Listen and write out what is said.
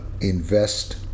invest